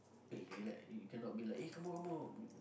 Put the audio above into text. eh relax you cannot be like eh come on come on